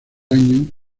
año